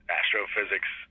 astrophysics